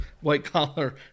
white-collar